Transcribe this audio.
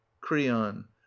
creon